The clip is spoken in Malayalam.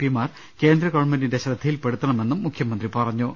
പിമാർ കേന്ദ്ര ഗവൺമെന്റിന്റെ ശ്രദ്ധയിൽപെടുത്തണമെന്നും മുഖ്യമന്ത്രി പറഞ്ഞു